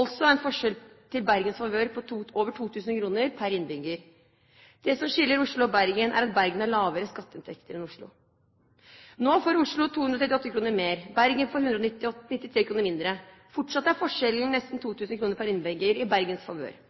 altså en forskjell i Bergens favør på over 2 000 kr per innbygger. Det som skiller Oslo og Bergen, er at Bergen har lavere skatteinntekter enn Oslo. Nå får Oslo 238 kr mer, Bergen får 193 kr mindre. Fortsatt er forskjellen nesten 2 000 kr per innbygger i Bergens favør.